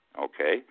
okay